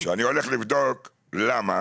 כשאני הולך לבדוק למה